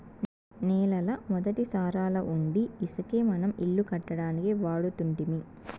నేలల మొదటి సారాలవుండీ ఇసకే మనం ఇల్లు కట్టడానికి వాడుతుంటిమి